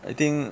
I think